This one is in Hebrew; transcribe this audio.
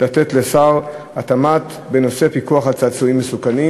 לתת לשר התמ"ת בנושא פיקוח על צעצועים מסוכנים.